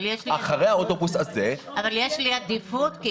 אבל יש לי עדיפות?